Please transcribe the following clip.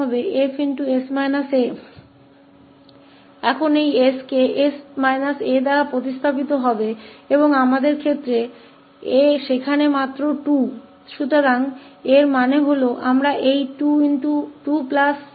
अब यह 𝑠 इस व्यंजक में यहाँ को 𝑠 − 𝑎 से बदल दिया जाएगा और हमारे मामले में वहाँ a केवल 2 है